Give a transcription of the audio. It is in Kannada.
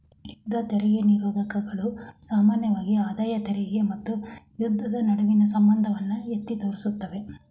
ಯುದ್ಧ ತೆರಿಗೆ ನಿರೋಧಕಗಳು ಸಾಮಾನ್ಯವಾಗಿ ಆದಾಯ ತೆರಿಗೆ ಮತ್ತು ಯುದ್ಧದ ನಡುವಿನ ಸಂಬಂಧವನ್ನ ಎತ್ತಿ ತೋರಿಸುತ್ತವೆ